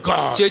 God